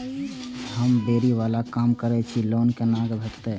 हम फैरी बाला काम करै छी लोन कैना भेटते?